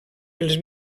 els